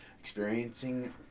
Experiencing